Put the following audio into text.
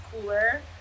cooler